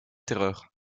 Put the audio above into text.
terreur